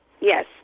yes